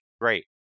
Great